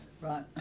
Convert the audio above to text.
Right